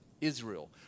Israel